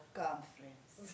conference